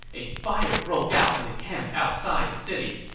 a fire broke out in the camp outside the city.